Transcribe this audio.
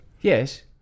Yes